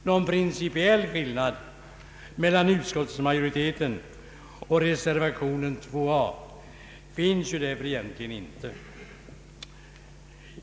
Någon principiell skillnad mellan utskottsmajoriteten och reservationen 2 a finns därför egentligen inte.